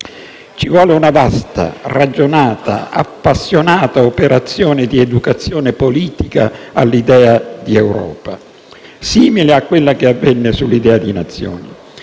allora una vasta, ragionata, appassionata, operazione di educazione politica all'idea di Europa, simile a quella che avvenne sull'idea di Nazione.